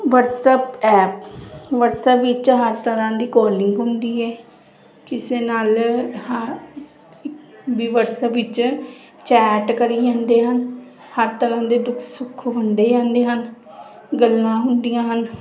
WhatsApp app WhatsApp ਵਿੱਚ ਹਰ ਤਰ੍ਹਾਂ ਦੀ ਕਾਲਿੰਗ ਹੁੰਦੀ ਏ ਕਿਸੇ ਨਾਲ ਹਾਂ ਵੀ ਵਟਸਐਪ ਵਿੱਚ ਚੈਟ ਕਰੀ ਜਾਂਦੇ ਹਨ ਹਰ ਤਰ੍ਹਾਂ ਦੇ ਦੁੱਖ ਸੁੱਖ ਹੁੰਦੇ ਜਾਂਦੇ ਹਨ ਗੱਲਾਂ ਹੁੰਦੀਆਂ ਹਨ